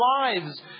lives